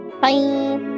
bye